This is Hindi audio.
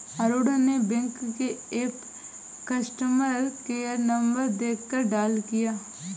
अरुण ने बैंक के ऐप कस्टमर केयर नंबर देखकर कॉल किया